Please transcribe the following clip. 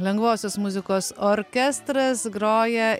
lengvosios muzikos orkestras groja